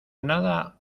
nada